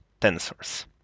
tensors